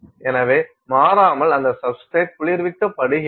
எனவே மாறாமல் அந்த சப்ஸ்டிரேட் குளிர்விக்கப்படுகிறது